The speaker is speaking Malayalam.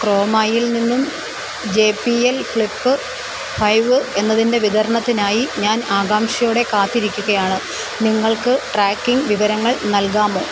ക്രോമായിൽ നിന്നും J B L flip five എന്നതിൻ്റെ വിതരണത്തിനായി ഞാൻ ആകാംക്ഷയോടെ കാത്തിരിക്കുകയാണ് നിങ്ങൾക്ക് ട്രാക്കിംഗ് വിവരങ്ങൾ നൽകാമോ